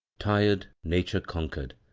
tired nature conquered,